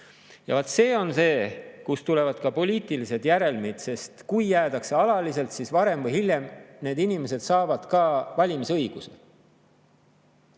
see on see, kust tulevad ka poliitilised järelmid, sest kui jäädakse siia alaliselt, siis varem või hiljem need inimesed saavad ka valimisõiguse.